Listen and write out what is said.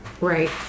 Right